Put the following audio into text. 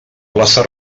plaça